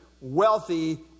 wealthy